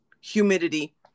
humidity